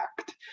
Act